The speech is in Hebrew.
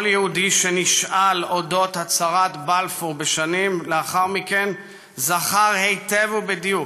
כל יהודי שנשאל על אודות הצהרת בלפור בשנים לאחר מכן זכר היטב ובדיוק